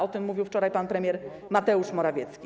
O tym mówił wczoraj pan premier Mateusz Morawiecki.